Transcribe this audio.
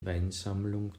weinsammlung